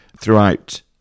throughout